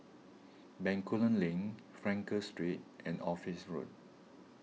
Bencoolen Link Frankel Street and Office Road